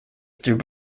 through